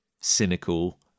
cynical